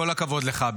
כל הכבוד לך.